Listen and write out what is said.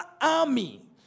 army